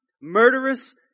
murderous